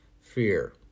Fear